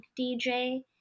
DJ